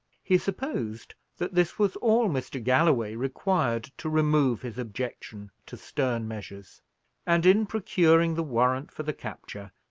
he supposed that this was all mr. galloway required to remove his objection to stern measures and, in procuring the warrant for the capture,